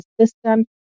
system